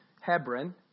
Hebron